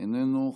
איננו.